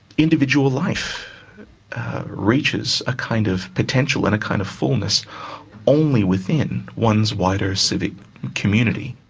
individual life reaches a kind of potential and a kind of fullness only within one's wider civic community.